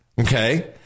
okay